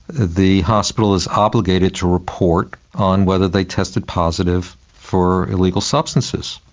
the hospital is obligated to report on whether they tested positive for illegal substances.